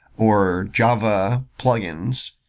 or java plugins.